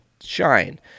shine